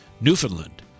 Newfoundland